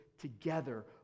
together